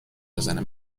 بزنه